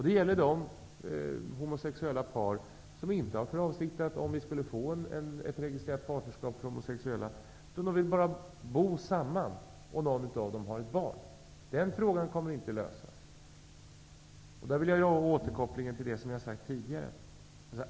Det gäller de homosexuella par som inte har för avsikt att registrera sitt partnerskap -- om vi nu får registrerat partnerskap för homosexuella -- men som bara vill bo samman. Någon av dem har dessutom ett barn. Frågor i och med det kommer inte att lösas. Jag gör då återkoppling till det som jag sagt tidigare.